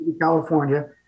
California